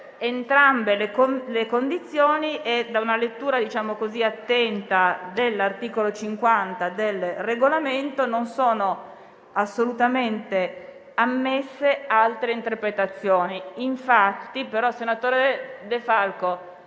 entrambe le condizioni e da una lettura attenta dell'articolo 50 del Regolamento non sono assolutamente ammesse altre interpretazioni. Senatore De Falco,